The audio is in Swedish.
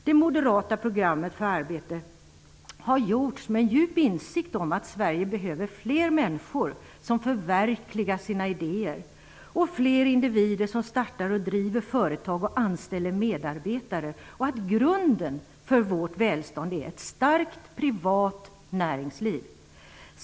Det moderata programmet för arbete har gjorts med en djup insikt om att Sverige behöver fler människor som förverkligar sina idéer och fler individer som startar och driver företag och anställer medarbetare, och att grunden för vårt välstånd är ett starkt privat näringsliv.